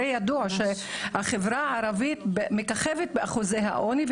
הרי ידוע שהחברה הערבית מככבת באחוזי העוני,